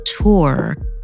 tour